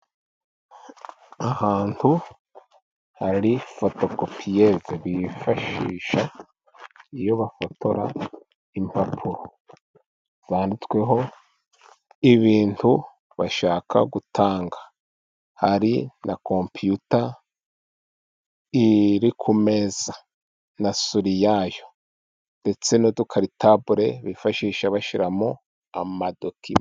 Ahantu hari fotokopiyeze bifashisha iyo bafotora impapuro, zanditsweho ibintu bashaka gutanga hari na kompiyuta iri ku meza na suri yayo ndetse n'udukaritabule bifashisha bashyiramo amadokima.